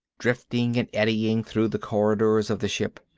drifting and eddying through the corridors of the ship.